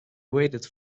waited